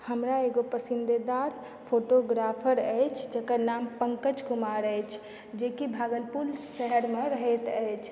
हमरा एगो पसंदीदा फोटोग्राफर अछि जकर नाम पंकज कुमार अछि जेकि भागलपुर शहरमे रहैत अछि